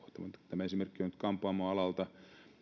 tämä esimerkki on nyt kampaamoalalta